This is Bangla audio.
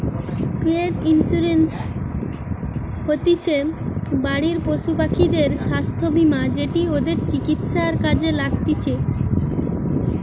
পেট ইন্সুরেন্স হতিছে বাড়ির পশুপাখিদের স্বাস্থ্য বীমা যেটি ওদের চিকিৎসায় কাজে লাগতিছে